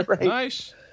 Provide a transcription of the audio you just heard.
Nice